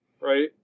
Right